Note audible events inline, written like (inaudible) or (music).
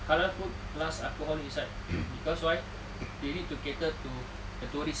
halal food plus alcoholic inside (coughs) cause why they need to cater to the tourists